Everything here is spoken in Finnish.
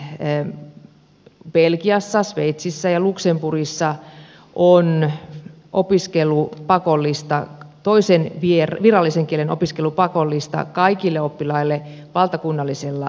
esimerkiksi belgiassa sveitsissä ja luxemburgissa on toisen virallisen kielen opiskelu pakollista kaikille oppilaille valtakunnallisella tasolla